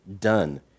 done